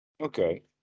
Okay